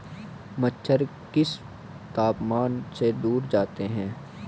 मच्छर किस तापमान से दूर जाते हैं?